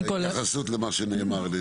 בבקשה, התייחסות למה שנאמר.